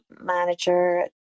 manager